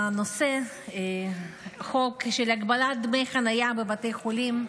לנושא של חוק הגבלת דמי חניה בבתי החולים.